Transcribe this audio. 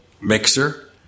mixer